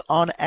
on